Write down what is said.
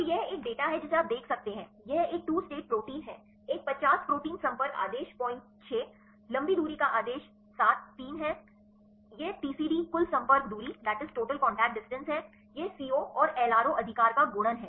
तो यह एक डेटा है जिसे आप देख सकते हैं यह एक 2 स्टेट प्रोटीन है एक पचास प्रोटीन संपर्क आदेश 06 लंबी दूरी का आदेश 7 3 है यह टीसीडी कुल संपर्क दूरी है यह सीओ और एलआरओ अधिकार का गुणन है